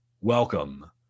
Welcome